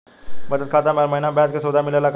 बचत खाता में हर महिना ब्याज के सुविधा मिलेला का?